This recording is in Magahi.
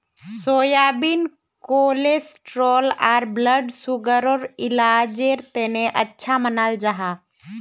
सोयाबीन कोलेस्ट्रोल आर ब्लड सुगरर इलाजेर तने अच्छा मानाल जाहा